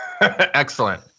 Excellent